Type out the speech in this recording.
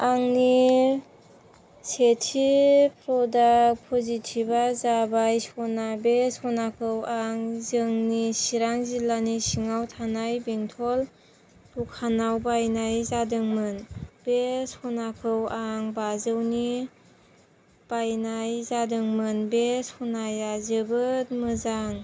आंनि सेथि प्रदाक्त पजिटिभआ जाबाय स'ना बे स'नाखौ आं जोंनि चिरां जिल्लानि सिङाव थानाय बेंटल दखानाव बायनाय जादोंमोन बे स'नाखौ आं बाजौनि बायनाय जादोंमोन बे स'नाया जोबोद मोजां